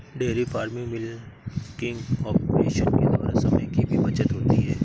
dairy farming milking operation के द्वारा समय की भी बचत होती है